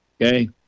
Okay